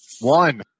One